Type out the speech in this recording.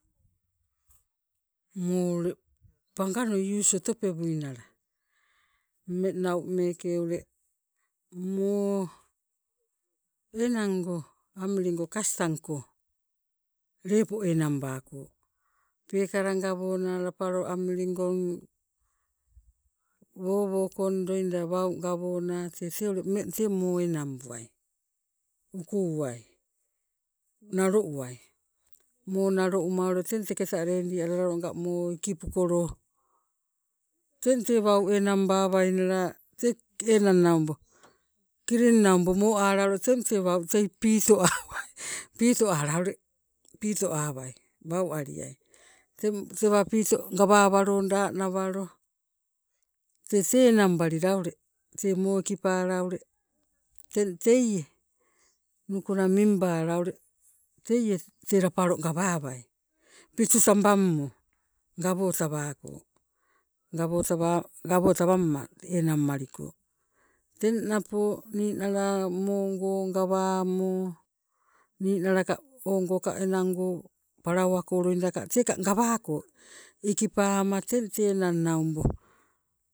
Moo ule pangano use oto pewui nala ummeng meeke ule, moo enango amiligo kastang ko lepo enang bako. Peekala gawona lapalo amiligong woo wookong loida wau gawana tete ule ummeng tee moo enangbuai, ukuwai, nalo uwai, moo nalo umma teng teketa ledi alala oga moo ikipukolo teng tee wau enang bawainala tee enang nabo kilin nabo moala teng tee wau tei piito awai piito ala ule piito awai wau aliai. Teng tewa piito gawa waloda nawalo tete enang balila ule, tee moo ikipala ule teng teie nukuna mimbala ule teie tee lapalo gawawai pitu tabammo gawotawangko, gawotawa gawotawamma enang maliko. Teng napo nilana moongo gawamo niinalaka ogoka enango palauwa ko loidaka teka gawako, ikipama teng tee enang nabo